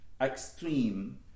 extreme